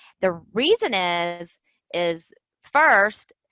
the reason is is first,